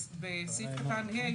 בסעיף קטן (ה),